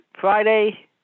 Friday